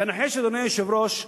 תנחש, אדוני היושב-ראש,